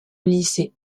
lycée